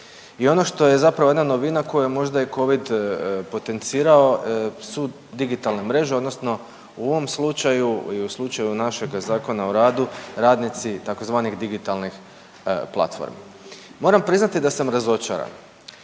i ono što je zapravo jedna novina koju je možda i covid potencirao su digitalne mreže odnosno u ovom slučaju i u slučaju našega Zakona o radu radnici tzv. digitalnih platformi. Moram priznati da sam razočaran